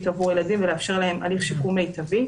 עבור הילדים ולאפשר להם הליך שיקום מיטבי.